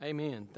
Amen